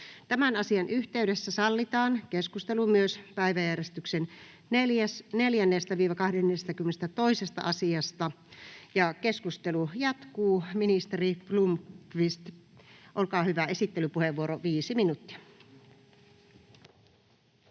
Tämän asian yhteydessä sallitaan keskustelu myös päiväjärjestyksen 4.—22. asiasta. Keskustelu jatkuu. — Ministeri Blomqvist, olkaa hyvää, esittelypuheenvuoro 5 minuuttia.